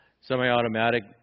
semi-automatic